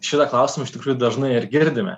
šitą klausimą iš tikrųjų dažnai ir girdime